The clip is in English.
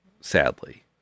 sadly